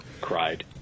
cried